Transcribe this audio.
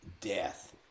death